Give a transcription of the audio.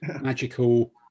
magical